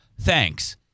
thanks